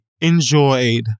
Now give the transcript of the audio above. enjoyed